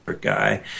guy